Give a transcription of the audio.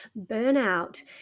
burnout